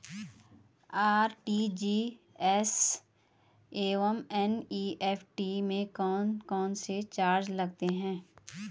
RTGS एवं NEFT में कौन कौनसे चार्ज लगते हैं?